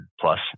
plus